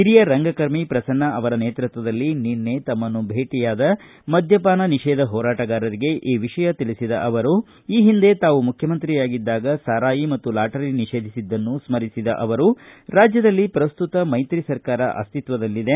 ಹಿರಿಯ ರಂಗಕರ್ಮಿ ಪ್ರಸನ್ನ ಅವರ ನೇತೃತ್ವದಲ್ಲಿ ನಿನ್ನೆ ತಮ್ಮನ್ನು ಭೇಟಿಯಾದ ಮದ್ಯಪಾನ ನಿಷೇಧ ಹೋರಾಟಗಾರರಿಗೆ ಈ ವಿಷಯ ತಿಳಿಸಿದ ಅವರು ಹಿಂದೆ ತಾವು ಮುಖ್ಯಮಂತ್ರಿಯಾಗಿದ್ದಾಗ ಸಾರಾಯಿ ಮತ್ತು ಲಾಟರಿ ನಿಷೇಧಿಸಿದ್ದನ್ನು ಸ್ಕರಿಸಿದ ಅವರು ರಾಜ್ಯದಲ್ಲಿ ಪ್ರಸ್ತುತ ಮೈತ್ರಿ ಸರ್ಕಾರ ಅಸ್ತಿತ್ವದಲ್ಲಿದೆ